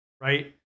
right